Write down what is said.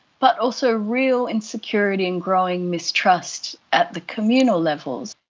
but also real insecurity and growing mistrust at the communal levels.